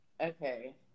Okay